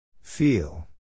Feel